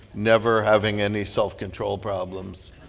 never having any self-control problems,